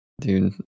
Dude